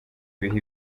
biha